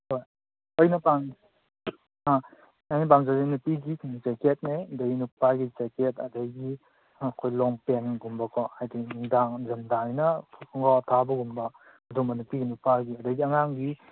ꯊꯣꯏ ꯑꯩꯅ ꯑꯥ ꯑꯩꯅ ꯄꯥꯝꯖꯔꯤꯅ ꯅꯨꯄꯤꯒꯤ ꯖꯦꯛꯀꯦꯠꯅꯦ ꯑꯗꯩ ꯅꯨꯄꯥꯒꯤ ꯖꯦꯛꯀꯦꯠ ꯑꯗꯒꯤ ꯑꯩꯈꯣꯏ ꯂꯣꯡ ꯄꯦꯟꯒꯨꯝꯕꯀꯣ ꯍꯥꯏꯗꯤ ꯅꯨꯡꯗꯥꯡ ꯏꯪꯊꯝꯊꯥꯅꯤꯅ ꯐꯨꯔꯤꯠ ꯈꯣꯡꯒ꯭ꯔꯥꯎ ꯑꯊꯥꯕꯒꯨꯝꯕ ꯑꯗꯨꯝꯕ ꯅꯨꯄꯤꯒꯤ ꯅꯨꯄꯥꯒꯤ ꯑꯗꯩꯗꯤ ꯑꯉꯥꯡꯒꯤ